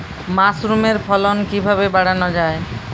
মাসরুমের ফলন কিভাবে বাড়ানো যায়?